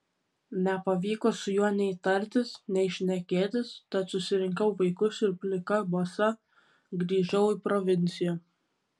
nepavyko su juo nei tartis nei šnekėtis tad susirinkau vaikus ir plika basa grįžau į provinciją